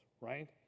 right